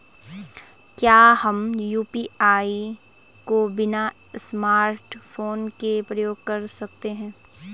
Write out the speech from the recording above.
क्या हम यु.पी.आई को बिना स्मार्टफ़ोन के प्रयोग कर सकते हैं?